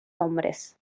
hombres